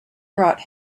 brought